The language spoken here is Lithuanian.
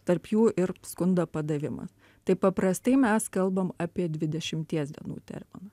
tarp jų ir skundo padavimas taip paprastai mes kalbam apie dvidešimties dienų terminą